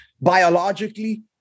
biologically